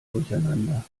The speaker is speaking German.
durcheinander